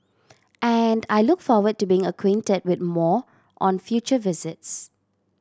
and I look forward to being acquainted with more on future visits